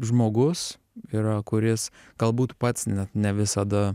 žmogus yra kuris galbūt pats net ne visada